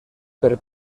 per